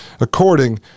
according